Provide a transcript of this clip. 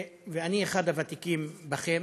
ואני אחד הוותיקים בכם,